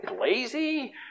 Lazy